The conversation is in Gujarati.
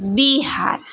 બિહાર